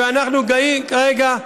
ואנחנו באים לתקן כרגע,